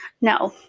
No